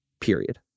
period